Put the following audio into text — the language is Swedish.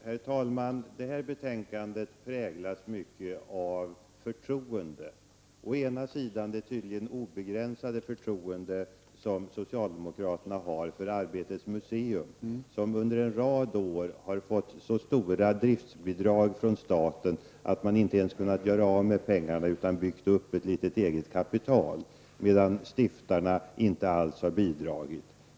Herr talman! Detta betänkande präglas mycket av förtroende. Socialdemokraterna har tydligen ett obegränsat förtroende för Arbetets museum, som under en rad år har fått så stora driftsbidrag från staten att museet inte ens har kunnat göra av med pengarna utan byggt upp ett eget litet kapital, medan stiftarna inte alls har bidragit.